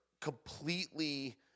completely